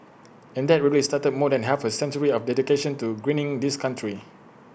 and that really started more than half A century of dedication to greening this country